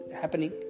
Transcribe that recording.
happening